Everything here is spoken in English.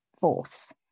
force